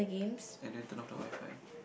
and then turn off the WiFi